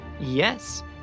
Yes